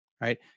right